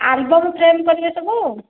album frame କରିବେ ସବୁ